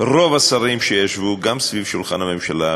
רוב השרים שישבו סביב שולחן הממשלה,